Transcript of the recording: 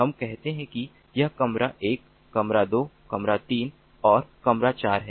हम कहते हैं कि यह कमरा 1 कमरा 2 कमरा 3 और कमरा 4 है